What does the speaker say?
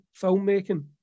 filmmaking